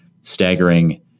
staggering